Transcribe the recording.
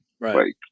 Right